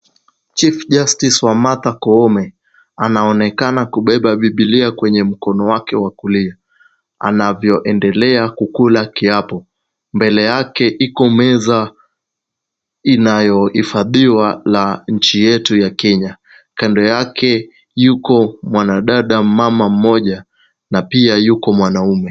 Chief Justice Martha Koome anaonekana kubeba biblia kwenye mkono wake wa kulia, anavyoendelea kukula kiapo. Mbele yake iko meza inayohifadhiwa la nchi yetu ya Kenya. Kando yake yuko mwanadada ,mama mmoja na pia yuko mwanaume.